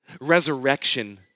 resurrection